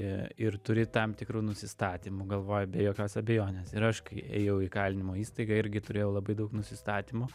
ir turi tam tikrų nusistatymų galvoj be jokios abejonės ir aš kai ėjau į įkalinimo įstaigą irgi turėjau labai daug nusistatymų